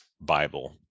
bible